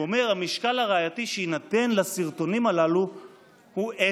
הוא אומר שהמשקל הראייתי שיינתן לסרטונים הללו הוא אפס.